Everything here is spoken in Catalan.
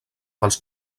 pels